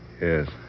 Yes